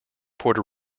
puerto